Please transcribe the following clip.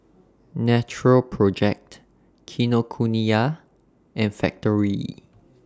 Natural Project Kinokuniya and Factorie